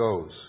goes